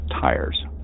tires